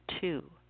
two